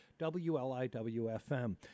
WLIWFM